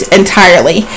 entirely